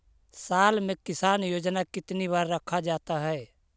साल में किसान योजना कितनी बार रखा जाता है?